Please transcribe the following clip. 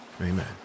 amen